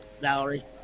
Valerie